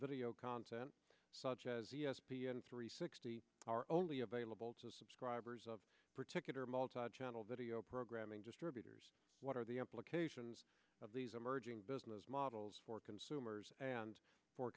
video content such as e s p n three sixty are only available to subscribers of particular multi channel video programming distributors what are the implications of these emerging business models for consumers and for